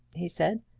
he said,